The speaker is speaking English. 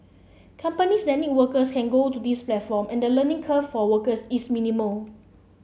companies that need workers can go to this platform and the learning curve for workers is minimal